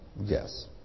Yes